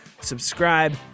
Subscribe